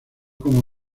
como